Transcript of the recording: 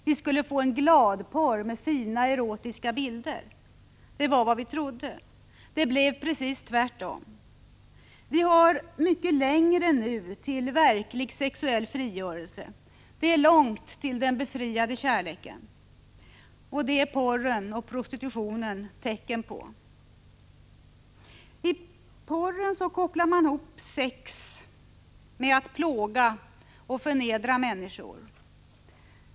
Vi skulle få en gladporr med fina erotiska bilder. Det var vad vi trodde. Det blev precis tvärtom. Vi har mycket längre nu till verklig sexuell frigörelse. Det är långt till den befriade kärleken — och det är porren och prostitutionen tecken på. I porren kopplar man ihop sex med att plåga och förnedra människor.